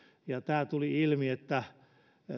tuli ilmi